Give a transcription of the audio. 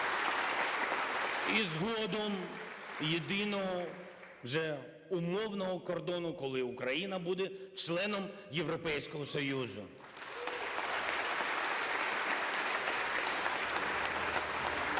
І згодом – єдиного вже умовного кордону, коли Україна буде членом Європейського Союзу. (Оплески)